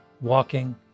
walking